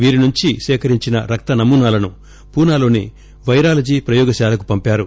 వీరి నుంచి సేకరించిన రక్త నమూనాలను పూనాలోని పైరాలజీ ప్రయోగశాలకు పంపారు